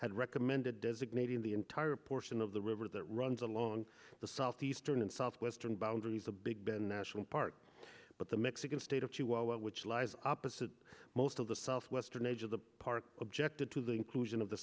had recommended designating the entire portion of the river that runs along the southeastern and southwestern boundaries the big ben national park but the mexican state of chihuahua which lies opposite most of the southwestern edge of the park objected to the inclusion of the